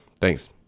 Thanks